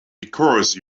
because